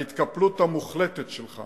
ההתקפלות המוחלטת שלך